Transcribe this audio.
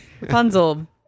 Rapunzel